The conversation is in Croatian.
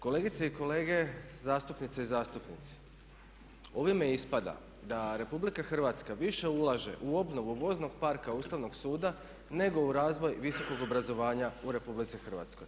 Kolegice i kolege, zastupnice i zastupnici, ovime ispada da RH više ulaže u obnovu voznog parka Ustavnog suda nego u razvoj visokog obrazovanja u RH.